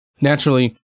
Naturally